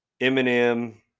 Eminem